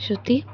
శృతి